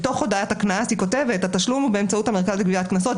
בתוך הודעת הקנס היא כותבת: התשלום הוא באמצעות המרכז לגביית קנסות,